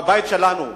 בבית שלנו.